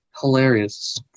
hilarious